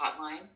Hotline